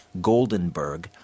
Goldenberg